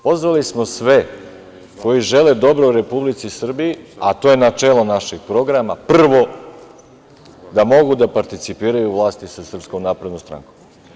Pozvali smo sve koji žele dobro Republici Srbiji, a to je načelo našeg programa, prvo da mogu da participiraju u vlasti sa SNS.